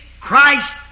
Christ